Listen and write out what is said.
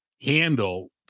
handle